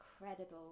incredible